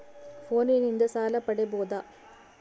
ಫೋನಿನಿಂದ ಸಾಲ ಪಡೇಬೋದ?